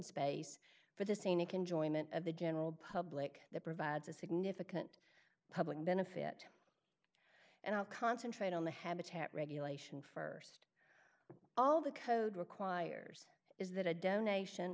space for the scenic enjoyment of the general public that provides a significant public benefit and i'll concentrate on the habitat regulation st all the code requires is that a donation